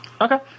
Okay